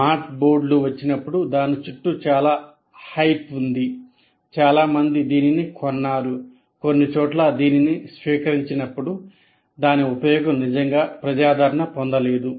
smart బోర్డులు వచ్చినప్పుడు దాని చుట్టూ చాలా హైప్ ఉంది చాలా మంది దీనిని కొన్నారు కొన్ని చోట్ల దీనిని స్వీకరించినప్పుడు దాని ఉపయోగం నిజంగా ప్రజాదరణ పొందలేదు